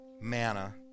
manna